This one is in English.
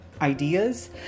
ideas